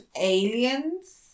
aliens